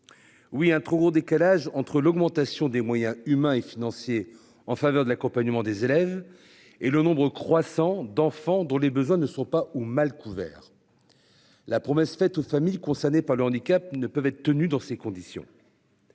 Oui, un trop grand décalage entre l'augmentation des moyens humains et financiers en faveur de l'accompagnement des élèves et le nombre croissant d'enfants dont les besoins ne sont pas ou mal couverts. La promesse faite aux familles concernées par le handicap ne peuvent être tenus dans ces conditions.--